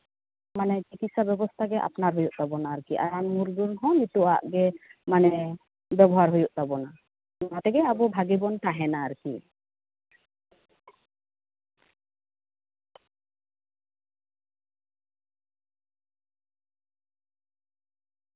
ᱪᱤᱠᱤᱥᱥᱟ ᱵᱮᱵᱚᱥᱛᱟ ᱜᱮ ᱟᱯᱱᱟᱨ ᱦᱩᱭᱩᱜ ᱛᱟᱵᱚᱱᱟ ᱟᱨᱠᱤ ᱨᱟᱱ ᱢᱩᱨᱜᱟᱹᱱ ᱦᱚᱸ ᱱᱤᱛᱳᱜᱟᱜ ᱜᱮ ᱵᱮᱵᱚᱦᱟᱨ ᱦᱩᱭᱩᱜ ᱛᱟᱵᱚᱱᱟ ᱚᱱᱟ ᱛᱮᱜᱮ ᱟᱵᱚ ᱵᱷᱟᱜᱮ ᱵᱚᱱ ᱛᱟᱦᱮᱱᱟ ᱟᱨᱠᱤ